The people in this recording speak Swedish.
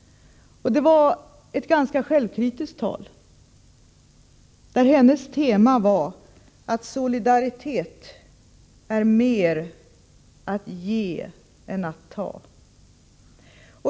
Det var ett ganska självkritiskt tal, där hennes tema var att solidaritet är mer att ge än att ta.